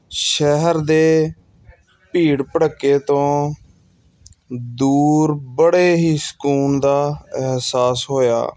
ਸ਼ਹਿਰ ਦੇ ਭੀੜ ਭੜੱਕੇ ਤੋਂ ਦੂਰ ਬੜੇ ਹੀ ਸਕੂਨ ਦਾ ਅਹਿਸਾਸ ਹੋਇਆ